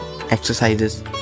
exercises